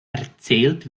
erzählt